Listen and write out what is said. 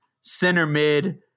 center-mid